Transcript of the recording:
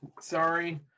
sorry